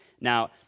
Now